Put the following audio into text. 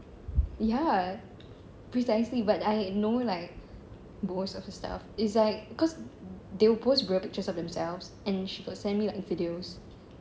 ya lah precisely but I know like most of her stuff its like cause they will post pictures of themselves and she got send me like videos